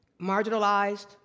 marginalized